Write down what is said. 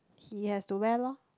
he has to wear loh